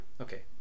okay